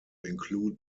include